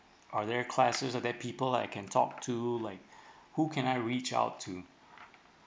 are there're classes so that people I can talk to like who can I reach out to